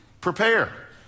prepare